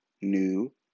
new